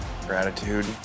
gratitude